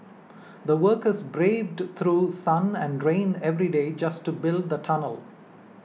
the workers braved through sun and rain every day just to build the tunnel